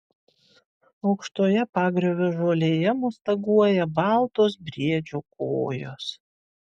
aukštoje pagriovio žolėje mostaguoja baltos briedžio kojos